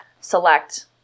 select